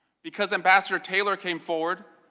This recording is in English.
because ambassador taylor came forward,